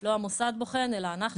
לא המוסד בוחן אלא אנחנו בוחנים.